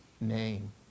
name